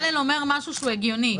הוא אומר משהו שהוא הגיוני.